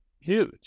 huge